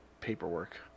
paperwork